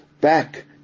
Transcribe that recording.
back